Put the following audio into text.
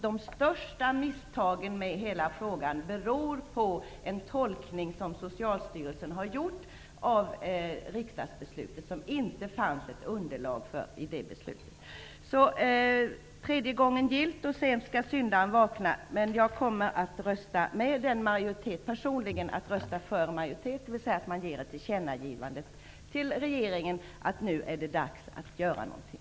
De största misstagen beror nämligen på en tolkning som Socialstyrelsen har gjort av riksdagsbeslutet, som det inte fanns underlag för. Detta är tredje gången gillt. Sent skall syndaren vakna. Personligen kommer jag att rösta för majoritetsskrivningen, som innebär att ett tillkännagivande skall göras till regeringen om att det är dags att göra någonting.